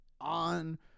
on